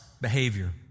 behavior